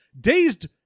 dazed